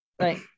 Right